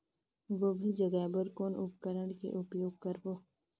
गोभी जगाय बर कौन उपकरण के उपयोग करबो?